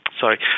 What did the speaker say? Sorry